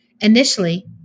Initially